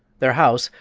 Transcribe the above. their house,